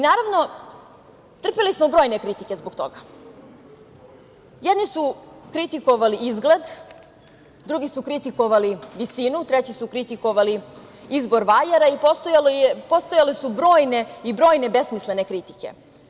Naravno, trpeli smo brojne kritike zbog toga, jedni su kritikovali izgled, drugi su kritikovali visinu, treći su kritikovali izbor vajara i postojale su brojne i brojne besmislene kritike.